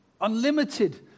unlimited